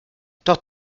doch